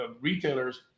retailers